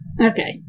Okay